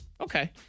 Okay